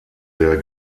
der